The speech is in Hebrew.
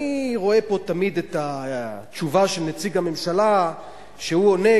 אני רואה פה תמיד את התשובה של נציג הממשלה שהוא עונה,